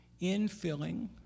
infilling